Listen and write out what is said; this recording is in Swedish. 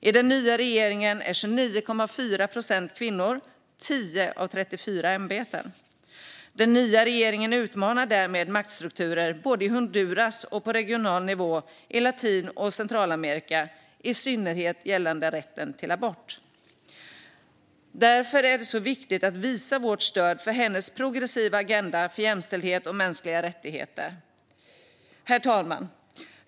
I den nya regeringen är 29,4 procent kvinnor, så 10 av 34 ämbeten innehas av kvinnor. Den nya regeringen utmanar därmed maktstrukturer både i Honduras och på regional nivå i Latin och Centralamerika, i synnerhet gällande rätten till abort. Det är därför viktigt att vi visar vårt stöd för hennes progressiva agenda för jämställdhet och mänskliga rättigheter. Herr talman!